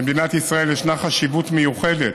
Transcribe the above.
במדינת ישראל ישנה חשיבות מיוחדת